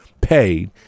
paid